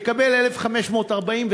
מקבל 1,540,